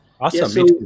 awesome